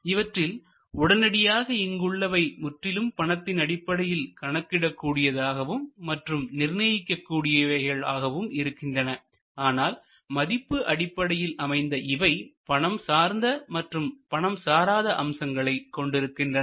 இவற்றில் உடனடியாக இங்கு உள்ளவை முற்றிலும் பணத்தின் அடிப்படையில் கணக்கிட கூடியதாகவும் மற்றும் நிர்ணயிக்க கூடியவைகள் ஆகவும் இருக்கின்றன ஆனால் மதிப்பு அடிப்படையில் அமைந்த இவை பணம் சார்ந்த மற்றும் பணம் சாராத அம்சங்களை கொண்டிருக்கின்றன